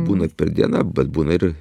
būna per dieną bet būna ir